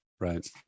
Right